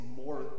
more